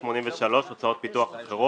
של סניטציה שסוכמו עם אגף התקציבים באוצר.